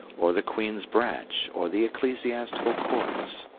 or the queen's bench, or the ecclesiastical courts.